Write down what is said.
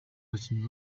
abakinnyi